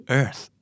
earth